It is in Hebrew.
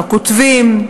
הכותבים,